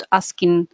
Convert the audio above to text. asking